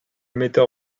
metteur